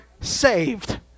saved